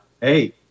Hey